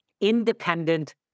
independent